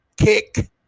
Kick